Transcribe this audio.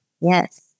Yes